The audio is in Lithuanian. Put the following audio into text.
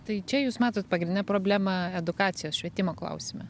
tai čia jūs matot pagrindinę problemą edukacijos švietimo klausime